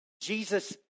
Jesus